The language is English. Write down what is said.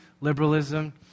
liberalism